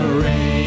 rain